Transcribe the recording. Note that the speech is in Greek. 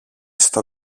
στο